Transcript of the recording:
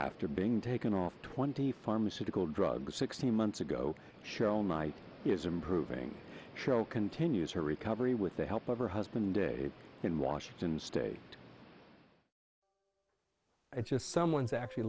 after being taken off twenty pharmaceutical drugs sixteen months ago shown might is improving show continues her recovery with the help of her husband in washington state and just someone's actually